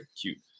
Cute